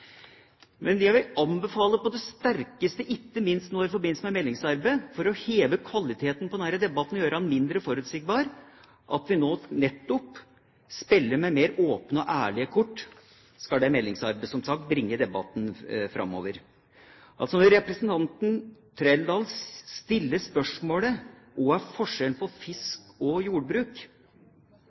Men jeg vil anbefale på det sterkeste, ikke minst nå i forbindelse med meldingsarbeidet og for å heve kvaliteten på denne debatten og gjøre den mindre forutsigbar, at vi nå nettopp spiller med mer åpne og ærlige kort om dette meldingsarbeidet som som sagt skal bringe debatten framover. Representanten Trældal stilte spørsmål om hva som er forskjellen på fiske og jordbruk.